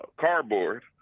cardboard